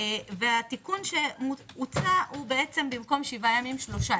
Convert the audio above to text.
והתיקון שהוצע הוא במקום שבעה ימים שלושה.